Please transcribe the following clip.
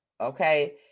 Okay